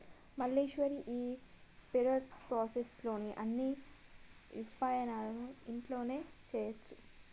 మల్లీశ్వరి ఈ parole process లోని అన్ని విపాయాలను ఇంట్లోనే చేయొచ్చు